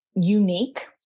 unique